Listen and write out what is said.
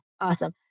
Awesome